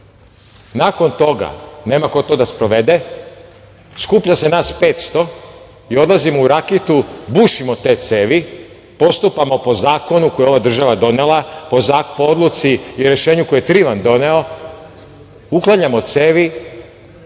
Nakon toga nema ko to da sprovede. Skuplja se nas 500 i odlazimo u Rakitu, bušimo te cevi, postupamo po zakonu koji je ova država donela, po odluci i rešenju koje je Trivan doneo, uklanjamo cevi,